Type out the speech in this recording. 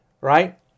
Right